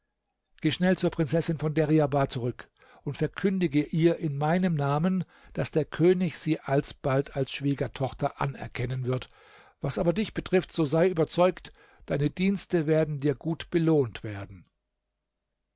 geh schnell zur prinzessin von deryabar zurück und verkündige ihr in meinem namen daß der könig sie alsbald als schwiegertochter anerkennen wird was aber dich betrifft so sei überzeugt deine dienste werden dir gut belohnt werden